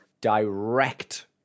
direct